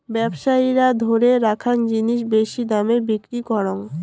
ব্যবসায়ীরা ধরে রাখ্যাং জিনিস বেশি দামে বিক্রি করং